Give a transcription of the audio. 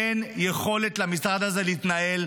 אין למשרד הזה יכולת להתנהל,